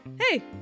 Hey